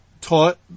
taught